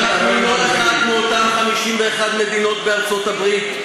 אנחנו לא אחת מאותן 51 מדינות בארצות-הברית.